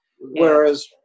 whereas